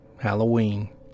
Halloween